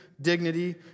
dignity